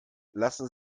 lassen